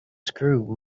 screw